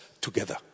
together